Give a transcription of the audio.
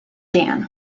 dan